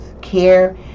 care